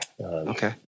Okay